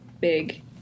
big